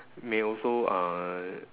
may also uh